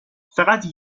فقط